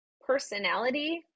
personality